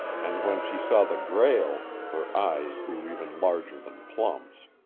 and when she saw the grail, her eyes grew even larger than plums.